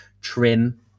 trim